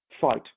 fight